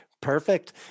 Perfect